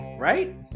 Right